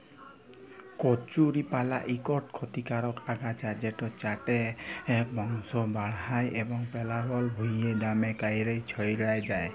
কচুরিপালা ইকট খতিকারক আগাছা যেট চাঁড়ে বংশ বাঢ়হায় এবং পেলাবল ভুঁইয়ে দ্যমে ক্যইরে ছইড়াই যায়